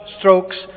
strokes